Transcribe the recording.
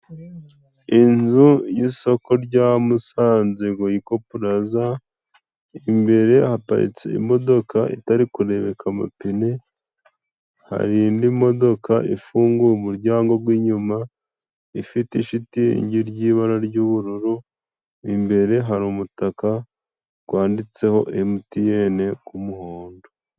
Inzu y'isoko rya musanze Goyiko puraza, imbere haparitse imodoka itari kurebeka amapine. Hari indi modoka ifunguye umuryango gw'inyuma, ifite ishitingi ry'ibara ry'ubururu, imbere hari umutaka gwanditseho Emutiyene g'umuhondo.